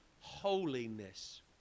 holiness